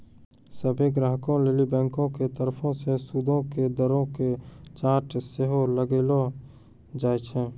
सभ्भे ग्राहको लेली बैंको के तरफो से सूदो के दरो के चार्ट सेहो लगैलो जाय छै